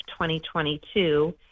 2022